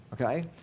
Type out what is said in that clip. okay